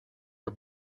are